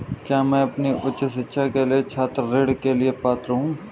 क्या मैं अपनी उच्च शिक्षा के लिए छात्र ऋण के लिए पात्र हूँ?